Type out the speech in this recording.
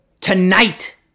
tonight